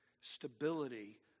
stability